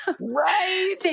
Right